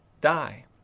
die